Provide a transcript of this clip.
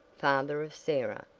father of sarah.